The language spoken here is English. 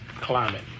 climate